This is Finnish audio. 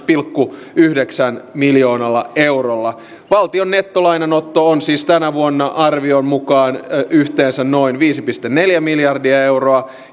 pilkku yhdeksällä miljoonalla eurolla valtion nettolainanotto on siis tänä vuonna arvion mukaan yhteensä noin viisi pilkku neljä miljardia euroa